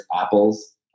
apples